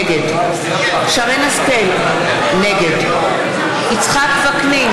נגד שרן השכל, נגד יצחק וקנין,